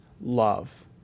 love